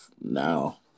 now